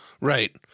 Right